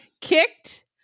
kicked